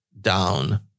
down